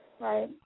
Right